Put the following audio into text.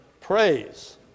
praise